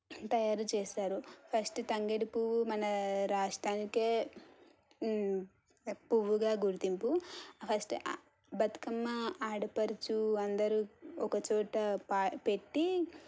తయారు చేస్తారు ఫస్టు తంగేడు పూవ్వు మన రాస్ట్రానికే పువ్వుగా గుర్తింపు ఫస్ట్ బతుకమ్మ ఆడపడుచు అందరూ ఒక చోట పా పెట్టి